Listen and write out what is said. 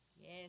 Yes